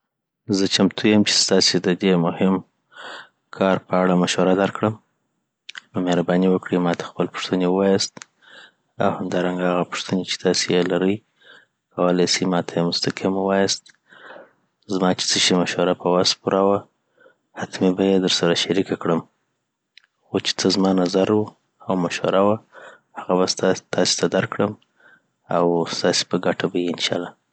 زه چمتو یم چی ستاسي ددی مهم کار په اړه مشوره درکړم نو مهربانی وکړی ماته خپل پوښتنې ووایاست او همدارنګه هغه پوښتنې چي تاسی یی لري کوالای سي ماته یی مستقیم ووایاست زما چي څه شي مشوره په وس پوره وه حتمی بیی درسره شریکه کړم. خو چي څه زما نظر وو او مشوره وه هغه به ستاسی تاسی ته درکړم او ستاسی په ګټه به یی انشاالله